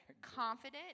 confident